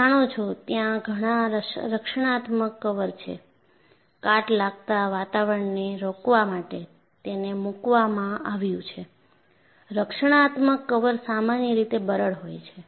તમે જાણો છો ત્યાં ઘણા રક્ષણાત્મક કવર છે કાટ લાગતા વાતાવરણને રોકવા માટે તેને મૂક્વામાં આવ્યું છે રક્ષણાત્મક કવર સામાન્ય રીતે બરડ હોય છે